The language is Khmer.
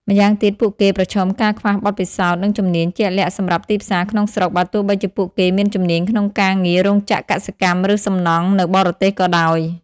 ម្យ៉ាងទៀតពួកគេប្រឈមការខ្វះបទពិសោធន៍និងជំនាញជាក់លាក់សម្រាប់ទីផ្សារក្នុងស្រុកបើទោះបីជាពួកគេមានជំនាញក្នុងការងាររោងចក្រ កសិកម្ម ឬសំណង់នៅបរទេសក៏ដោយ ។